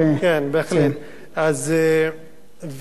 אנשים צמאים,